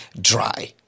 dry